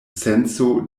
senco